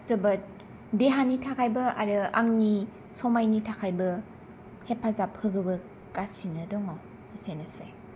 जोबोद देहानि थाखायबो आरो आंनि समायनि थाखायबो हेफाजाब होबोगासिनो दङ' एसेनोसै